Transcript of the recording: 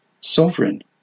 sovereign